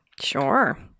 Sure